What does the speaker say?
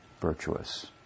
virtuous